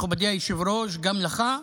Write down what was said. מכובדי היושב-ראש, וגם אליך,